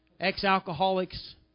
ex-alcoholics